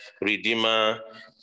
Redeemer